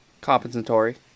Compensatory